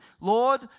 Lord